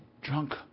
drunk